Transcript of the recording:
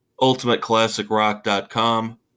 ultimateclassicrock.com